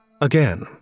again